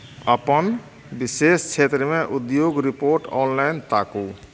अपन विशेष क्षेत्रमे उद्योग रिपोर्ट ऑनलाइन ताकू